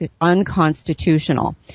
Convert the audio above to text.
unconstitutional